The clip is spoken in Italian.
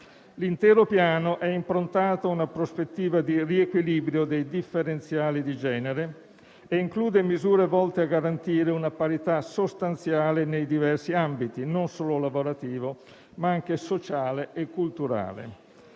L'intero Piano è improntato a una prospettiva di riequilibrio dei differenziali di genere e include misure volte a garantire una parità sostanziale nei diversi ambiti, non solo lavorativo, ma anche sociale e culturale.